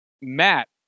Matt